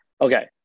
Okay